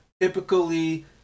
typically